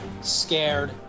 scared